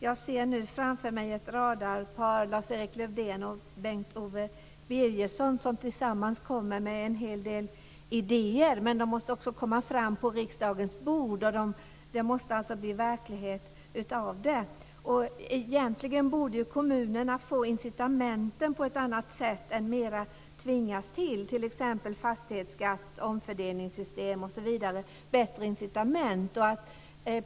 Jag ser nu framför mig ett radarpar med Lars-Erik Lövdén och Bengt Owe Birgersson som tillsammans kommer med en hel del idéer. Men dessa måste också komma fram på riksdagen bord. Det måste bli verklighet av dem. Egentligen borde kommunerna få incitamenten på ett annat sätt än att man bara tvingar dem - det gäller t.ex. fastighetsskatt, omfördelningssystem osv. Det skulle behövas bättre incitament.